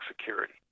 security